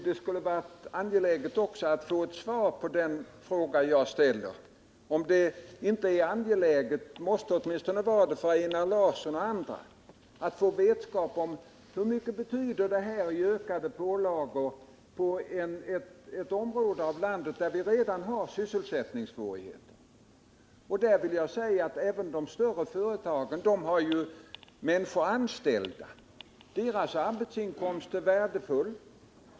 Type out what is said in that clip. Det skulle ha varit angeläget att få ett svar på den fråga jag ställde — om det inte måste vara viktigt för Einar Larsson och andra att få vetskap om hur mycket detta betyder i ökade pålagor i ett område av landet där vi redan har sysselsättningssvårigheter. Även de större företagen har ju människor anställda. Deras arbetsinkomst är värdefull.